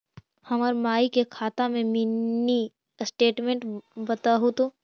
हमर माई के खाता के मीनी स्टेटमेंट बतहु तो?